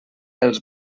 els